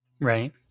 Right